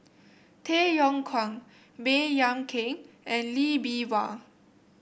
Tay Yong Kwang Baey Yam Keng and Lee Bee Wah